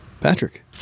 Patrick